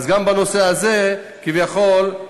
אז גם בנושא הזה, כביכול,